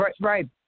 right